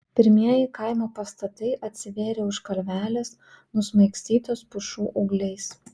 pirmieji kaimo pastatai atsivėrė už kalvelės nusmaigstytos pušų ūgliais